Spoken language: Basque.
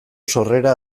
sorrera